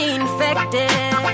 infected